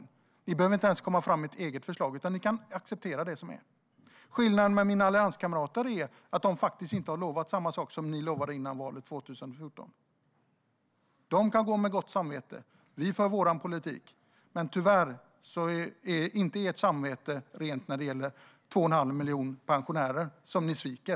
Ni behöver inte ens ta fram ett eget förslag. Ni kan acceptera det som finns. Skillnaden mellan er och mina allianskamrater är att de faktiskt inte har lovat samma sak som ni lovade före valet 2014. De kan ha gott samvete. Vi för vår politik. Men tyvärr är ert samvete inte rent när det gäller 2 1⁄2 miljoner pensionärer som ni sviker.